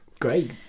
Great